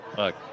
look